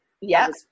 Yes